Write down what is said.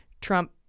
Trump